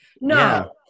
No